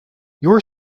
your